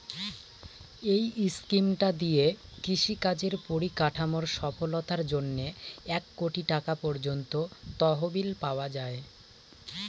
এই স্কিমটা দিয়ে কৃষি কাজের পরিকাঠামোর সফলতার জন্যে এক কোটি টাকা পর্যন্ত তহবিল পাওয়া যায়